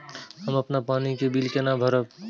हम अपन पानी के बिल केना भरब?